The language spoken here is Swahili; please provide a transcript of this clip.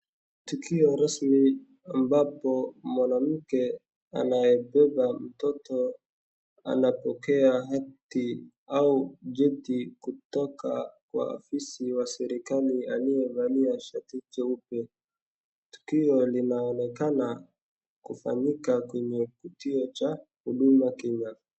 Tukio rasmi ambapo mwanamke anayebeba mtoto anapokea hati au jeti kutoka kwa afisi ya serikali aliyevalia shati jeupe. Tukio linaonekana kufanyika kwenye kituo cha huduma kenya.